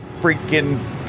freaking